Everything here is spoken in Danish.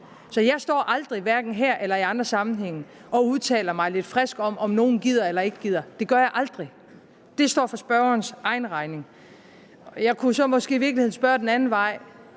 Så jeg står aldrig, hverken her eller i andre sammenhænge, og udtaler mig lidt frisk om, om nogen gider eller ikke gider. Det gør jeg aldrig. Det står for spørgerens egen regning. Jeg kunne så måske i virkeligheden spørge den anden vej: